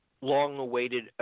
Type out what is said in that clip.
long-awaited